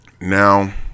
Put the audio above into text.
Now